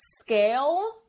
scale